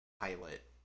pilot